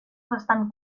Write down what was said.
bastant